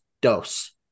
dose